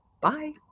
Bye